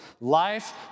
life